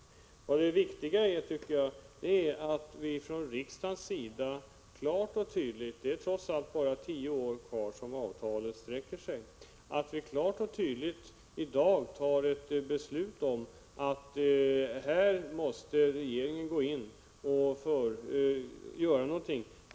Det viktiga är att vi från riksdagen i dag — det är trots allt bara tio år kvar av avtalstiden för Bromma — klart och tydligt säger ifrån att regeringen måste göra något.